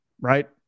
Right